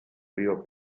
río